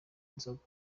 inzoga